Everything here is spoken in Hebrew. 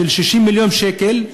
של 60 מיליון שקל,